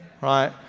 Right